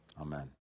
Amen